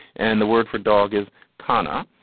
and the word for dog is kanha.